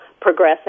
progress